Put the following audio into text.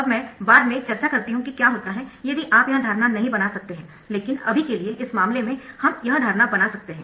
अब मैं बाद में चर्चा करती हूं कि क्या होता है यदि आप यह धारणा नहीं बना सकते है लेकिन अभी के लिए इस मामले में हम यह धारणा बना सकते है